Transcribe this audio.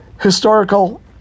historical